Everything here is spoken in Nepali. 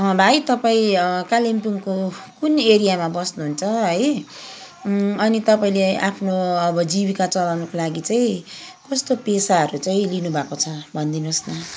भाइ तपाईँ कालिम्पोङको कुन एरियामा बस्नुहुन्छ है अनि तपाईँले आफ्नो अब जीविका चलाउनुको लागि चाहिँ कस्तो पेसाहरू चाहिँ लिनुभएको छ भनिदिनुहोस् न